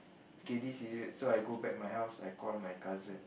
okay this serious so I go back my house I call my cousin